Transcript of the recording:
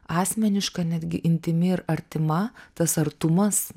asmeniška netgi intymi ir artima tas artumas